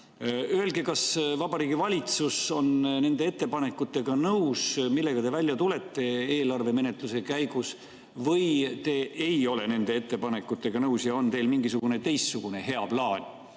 Öelge, kas Vabariigi Valitsus on nende ettepanekutega nõus ja millega te tulete välja eelarve menetluse käigus. Või te ei ole nende ettepanekutega nõus ja teil on mingisugune teistsugune hea plaan,